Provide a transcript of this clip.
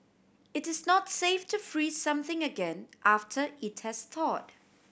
it is not safe to freeze something again after it has thawed